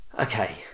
Okay